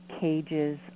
cages